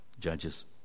Judges